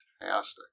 fantastic